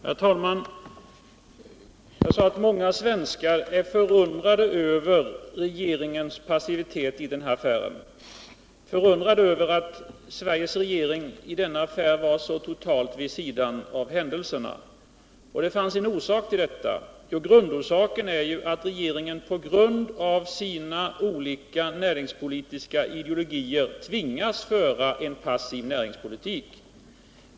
Herr talman! Jag sade att många svenskar är förundrade över regeringens passivitet i den här affären, förundrade över att Sveriges regering i denna affär har stått så totalt vid sidan av händelserna. Huvudskälet härtill är att regeringen på grund av sina olika näringspolitiska idéer tvingas att föra en passiv näringspolitik.